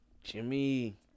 Jimmy